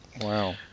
wow